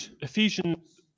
Ephesians